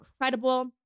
incredible